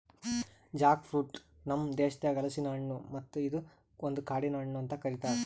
Jack fruit ನಮ್ ದೇಶದಾಗ್ ಹಲಸಿನ ಹಣ್ಣು ಮತ್ತ ಇದು ಒಂದು ಕಾಡಿನ ಹಣ್ಣು ಅಂತ್ ಕರಿತಾರ್